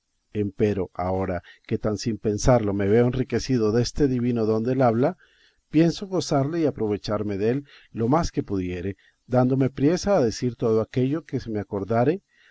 olvidaban empero ahora que tan sin pensarlo me veo enriquecido deste divino don de la habla pienso gozarle y aprovecharme dél lo más que pudiere dándome priesa a decir todo aquello que se me acordare